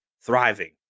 thriving